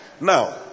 Now